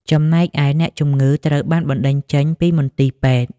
ចំណែកឯ អ្នកជំងឺត្រូវបានបណ្តេញចេញពីមន្ទីរពេទ្យ។